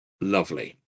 Lovely